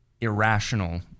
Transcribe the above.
irrational